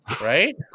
right